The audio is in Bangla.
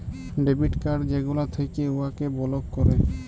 ডেবিট কাড় যেগলা থ্যাকে উয়াকে বলক ক্যরে